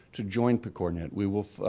to join pcornet we will,